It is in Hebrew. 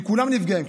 כי כולם נפגעים.